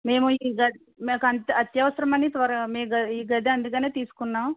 మేము ఈ గది మాకు అత్య అత్యవసరమని త్వరగ ఈ గది అందుకని తీసుకున్నాం